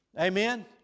Amen